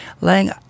Lang